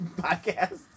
podcast